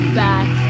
back